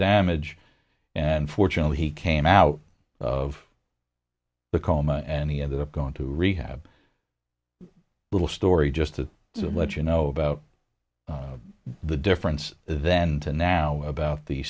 damage and fortunately he came out of the coma and he ended up going to rehab a little story just to let you know about the difference then to now about the